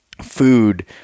food